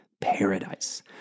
paradise